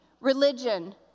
religion